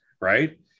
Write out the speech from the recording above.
right